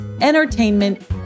entertainment